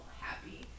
happy